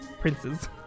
Prince's